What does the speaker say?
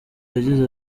yagize